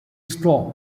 storm